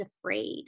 afraid